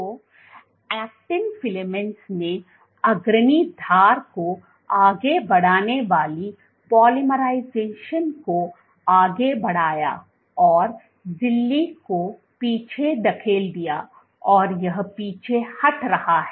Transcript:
तो actin filaments ने अग्रणी धार को आगे बढ़ाने वाली पोलीमराइजिंग को आगे बढ़ाया और झिल्ली को पीछे धकेल दिया और यह पीछे हट रहा है